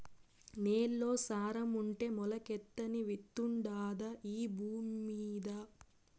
నేల్లో సారం ఉంటే మొలకెత్తని విత్తుండాదా ఈ భూమ్మీద